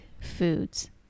foods